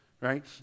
right